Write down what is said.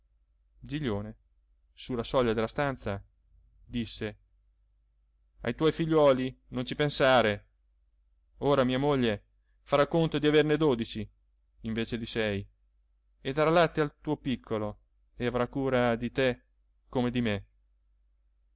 su la soglia della stanza disse ai tuoi figliuoli non ci pensare ora mia moglie farà conto di averne dodici invece di sei e darà latte al tuo piccolo e avrà cura di te come di me